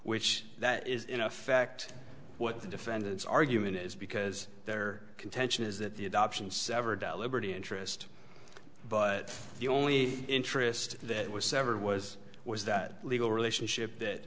which that is in effect what the defendant's argument is because their contention is that the adoption severed d'alembert interest but the only interest that was severed was was that legal relationship that